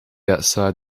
outside